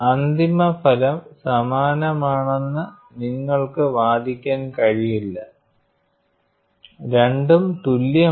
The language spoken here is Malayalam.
അന്തിമഫലം സമാനമാണെന്ന് നിങ്ങൾക്ക് വാദിക്കാൻ കഴിയില്ല രണ്ടും തുല്യമാണ്